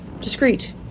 discreet